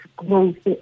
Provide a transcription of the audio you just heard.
growth